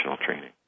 training